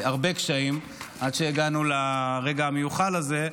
הרבה קשיים, עד שהגענו לרגע המיוחל הזה.